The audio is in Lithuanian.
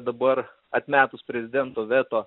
dabar atmetus prezidento veto